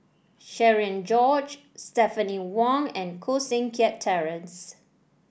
Cherian George Stephanie Wong and Koh Seng Kiat Terence